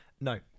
no